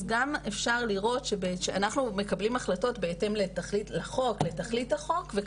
אז גם אפשר לראות שכשאנחנו מקבלים החלטות הן בהתאם לתכלית החוק וכמובן,